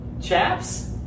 Chaps